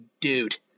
dude